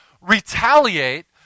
retaliate